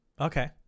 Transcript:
okay